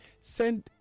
send